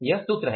यह सूत्र है